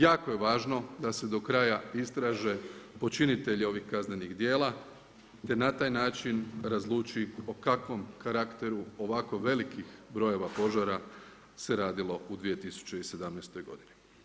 Jako je važno da se do kraja istraže počinitelji ovih kaznenih djela te na taj način razluči o kakvom karakteru ovako velikih brojeva požara se radilo u 2017. godini.